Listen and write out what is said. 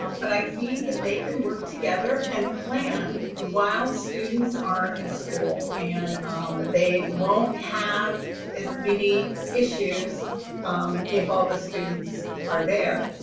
um but i think they can work together and plan while students are in school and um they won't have as many issues um if all the students are there.